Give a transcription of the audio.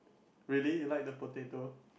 really you like the potato